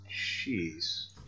jeez